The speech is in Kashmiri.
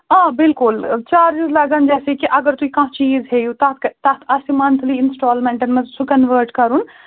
آ بِلکُل چارجِز لَگن جیسے کہِ اگر تُہۍ کانٛہہ چیٖز ہیٚیِو تَتھ تَتھ آسہِ مَنتھلی اِنسٹالمینٹَن منٛز سُہ کَنوٲٹ کَرُن